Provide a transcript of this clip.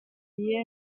pie